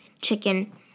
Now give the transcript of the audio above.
chicken